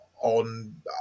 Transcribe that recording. on